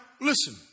listen